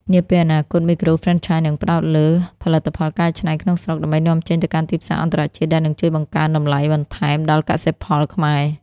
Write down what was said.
នាពេលអនាគត មីក្រូហ្វ្រេនឆាយនឹងផ្ដោតលើ "ផលិតផលកែច្នៃក្នុងស្រុក" ដើម្បីនាំចេញទៅកាន់ទីផ្សារអន្តរជាតិ ដែលនឹងជួយបង្កើនតម្លៃបន្ថែមដល់កសិផលខ្មែរ។